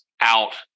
out